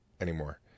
anymore